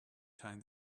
time